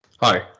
hi